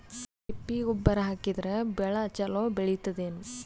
ತಿಪ್ಪಿ ಗೊಬ್ಬರ ಹಾಕಿದರ ಬೆಳ ಚಲೋ ಬೆಳಿತದೇನು?